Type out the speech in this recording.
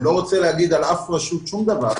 אני לא רוצה להגיד על אף רשות שום דבר,